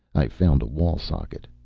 i found a wall socket.